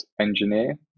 engineer